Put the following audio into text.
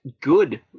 good